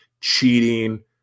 cheating